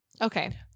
Okay